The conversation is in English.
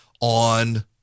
on